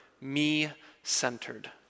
me-centered